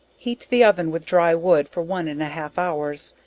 heat the oven with dry wood, for one and a half hours,